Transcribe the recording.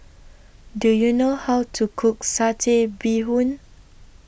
Do YOU know How to Cook Satay Bee Hoon